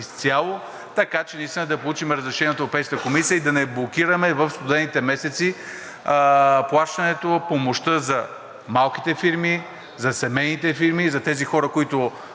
изцяло, така че наистина да получим разрешение от Европейската комисия и да не блокираме в студените месеци плащането, помощта за малките фирми, за семейните фирми и за тези хора, които